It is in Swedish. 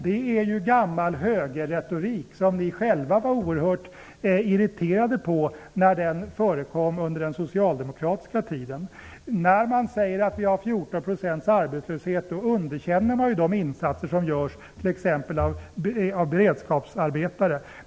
Det är gammal högerretorik som ni själva var oerhört irriterade på när den förekom under den socialdemokratiska tiden. När man säger att vi har 14 % arbetslöshet underkänner man de insatser som görs av t.ex. beredskapsarbetare.